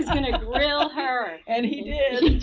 gonna grill her. and he did.